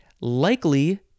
likely